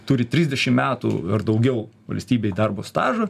turi trisdešim metų ir daugiau valstybėj darbo stažo